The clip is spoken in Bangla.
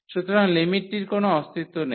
সুতরাং লিমিটটির কোন অস্তিত্ব নেই